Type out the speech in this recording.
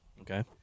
Okay